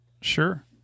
sure